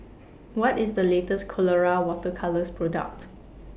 What IS The latest Colora Water Colours Product